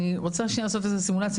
אני רוצה שנייה לעשות איזה סימולציה.